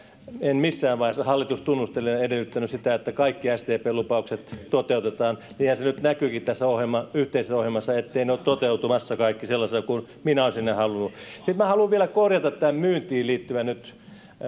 en missään vaiheessa hallitustunnustelijana edellyttänyt sitä että kaikki sdpn lupaukset toteutetaan niinhän se nyt näkyykin tässä yhteisessä ohjelmassa etteivät ne ole toteutumassa kaikki sellaisina kuin minä olisin ne halunnut sitten minä haluan vielä korjata nyt tämän myyntiin liittyvän